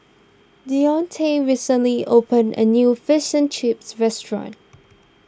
Deonte recently opened a new Fish and Chips restaurant